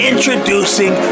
Introducing